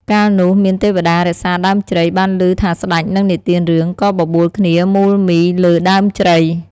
កាលនោះ មានទេវតារក្សាដើមជ្រៃបានឮថាស្តេចនឹងនិទានរឿង ក៏បបួលគ្នាមូលមីរលើដើមជ្រៃ។